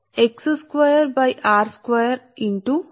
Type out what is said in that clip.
సరే కాబట్టి దీని తరువాత14 మరియు 15 సమీకరణం నుండి మనం పొందు తాము